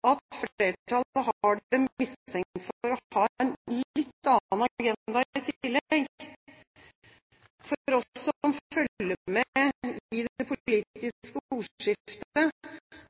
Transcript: at flertallet har dem mistenkt for å ha en litt annen agenda i tillegg. For oss som følger med i det politiske